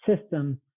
system